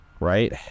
right